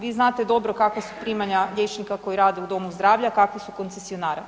Vi znate dobro kakva su primanja liječnika koji rade u domu zdravlja, kako su koncesionara.